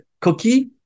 cookie